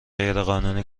غیرقانونی